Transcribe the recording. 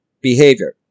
behavior